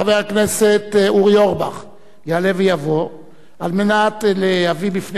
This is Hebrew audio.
חבר הכנסת אורי אורבך יעלה ויבוא על מנת להביא בפני